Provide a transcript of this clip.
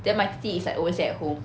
then my 弟弟 is like always at home